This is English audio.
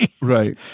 Right